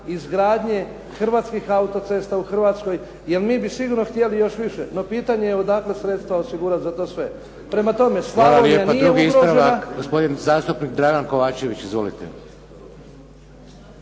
izgradnje Hrvatskih autocesta u Hrvatskoj, jel mi bi sigurno htjeli još više. No pitanje je odakle sredstva osigurati za to sve. Prema tome. **Šeks, Vladimir (HDZ)** Hvala lijepa. Drugi ispravak. Gospodin zastupnik Dragan Kovačević. Izvolite.